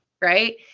right